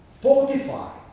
fortify